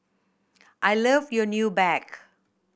I love your new bag